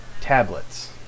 tablets